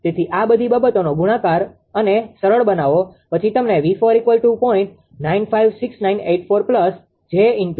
તેથી આ બધી બાબતોનો ગુણાકાર અને સરળ બનાવો પછી તમને 𝑉40